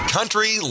Country